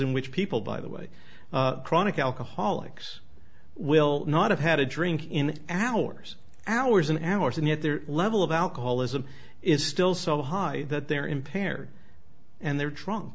in which people by the way chronic alcoholics will not have had a drink in hours and hours and hours and yet their level of alcoholism is still so high that they're impaired and they're tru